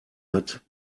hat